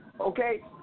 Okay